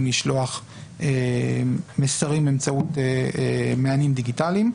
לשלוח מסרים באמצעות מענים דיגיטליים.